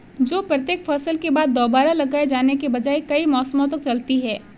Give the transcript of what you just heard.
जो प्रत्येक फसल के बाद दोबारा लगाए जाने के बजाय कई मौसमों तक चलती है